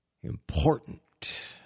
important